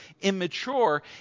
immature